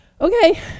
Okay